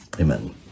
Amen